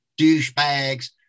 douchebags